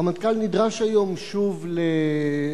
הרמטכ"ל נדרש היום שוב לפרשת